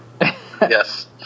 Yes